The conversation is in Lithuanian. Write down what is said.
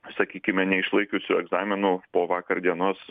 sakykime neišlaikiusių egzamino po vakar dienos